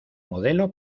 modelo